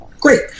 Great